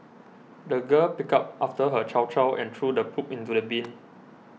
the girl picked up after her chow chow and threw the poop into the bin